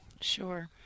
Sure